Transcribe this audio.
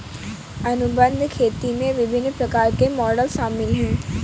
अनुबंध खेती में विभिन्न प्रकार के मॉडल शामिल हैं